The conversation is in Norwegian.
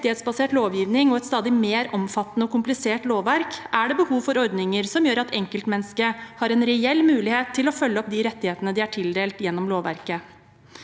rettighetsbasert lovgivning og et stadig mer omfattende og komplisert lovverk er det behov for ordninger som gjør at enkeltmennesket har en reell mulighet til å følge opp de rettighetene de er tildelt gjennom lovverket.